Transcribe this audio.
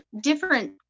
different